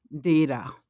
data